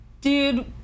Dude